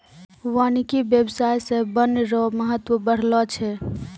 वानिकी व्याबसाय से वन रो महत्व बढ़लो छै